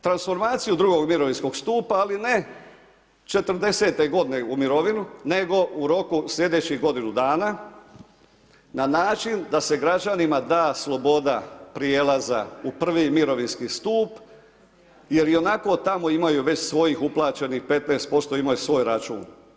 Transformaciju drugog mirovinskog stupa ali ne 40 g. u mirovinu nego u roku slijedećih godinu dana na način da s građanima da sloboda prijelaza u prvi mirovinski stup jer ionako tamo već imaju svojih uplaćenih 15%, imaju svoj račun.